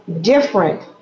different